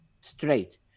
straight